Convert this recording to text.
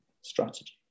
Strategy